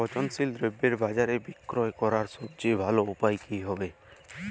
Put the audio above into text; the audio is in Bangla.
পচনশীল দ্রব্য বাজারে বিক্রয় করার জন্য সবচেয়ে ভালো উপায় কি হবে?